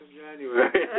January